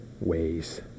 ways